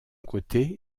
côté